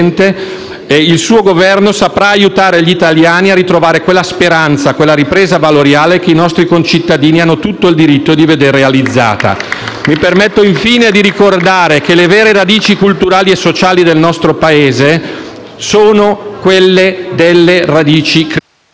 il suo Governo saprà aiutare gli italiani a ritrovare quella speranza e quella ripresa valoriale che i nostri concittadini hanno tutto il diritto di veder realizzata. *(Applausi dal Gruppo L-SP)*. Infine, mi permetto di ricordare che le vere radici culturali e sociali del nostro Paese sono quelle cristiane.